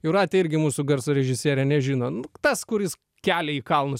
jūratė irgi mūsų garso režisierė nežino nu tas kuris kelia į kalnus